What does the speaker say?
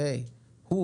הוא